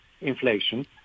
inflation